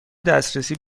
دسترسی